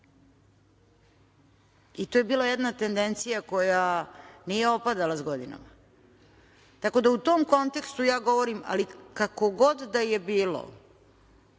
i to je bila jedna tendencija koja nije opadala sa godinama. Tako da, u tom kontekstu ja govorim, ali kako god da je bilo